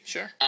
Sure